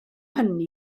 hynny